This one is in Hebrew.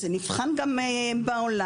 זה נבחן גם בעולם.